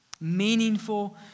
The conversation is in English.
Meaningful